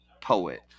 poet